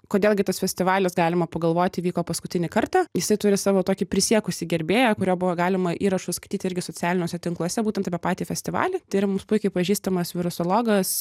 kodėl gi tas festivalis galima pagalvoti vyko paskutinį kartą jisai turi savo tokį prisiekusį gerbėją kurio buvo galima įrašus skaityt irgi socialiniuose tinkluose būtent apie patį festivalį tai yra mums puikiai pažįstamas virusologas